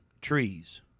trees